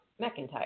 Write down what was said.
McIntyre